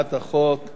אני נשאר פה.